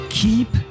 keep